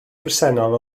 bresennol